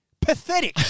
Pathetic